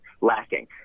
lacking